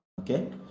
Okay